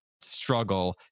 struggle